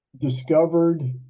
discovered